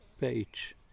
page